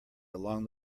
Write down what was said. along